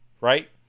Right